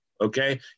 okay